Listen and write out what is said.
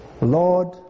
Lord